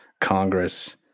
Congress